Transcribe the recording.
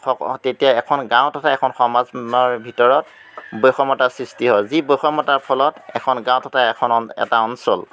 তেতিয়া এখন গাঁও তথা এখন সমাজৰ ভিতৰত বৈষমতাৰ সৃষ্টি হয় যি বৈষমতাৰ ফলত এখন গাঁও তথা এখন এটা অঞ্চল